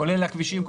כולל הכבישים,